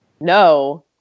No